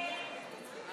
27 הצביעו נגד, חמישה בעד.